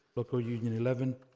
local union eleven.